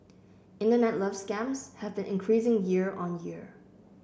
internet love scams have been increasing year on year